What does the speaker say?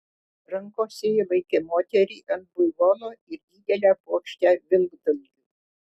rankose ji laikė moterį ant buivolo ir didelę puokštę vilkdalgių